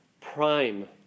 prime